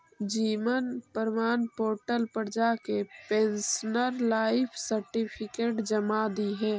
जीवन प्रमाण पोर्टल पर जाके पेंशनर लाइफ सर्टिफिकेट जमा दिहे